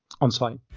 On-site